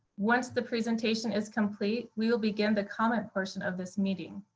once the presentation is complete, we will begin the comment portion of this meeting.